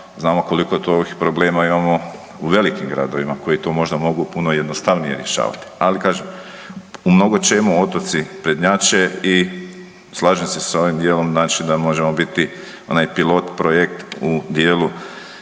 Znamo koliko problema imamo u velikim gradovima koji to možda mogu puno jednostavnije rješavati, ali kažem u mnogočemu otoci prednjače i slažem se s ovim dijelom da možemo biti onaj pilot projekt u dijelu